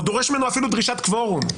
או דרוש ממנו אפילו דרישת קוורום,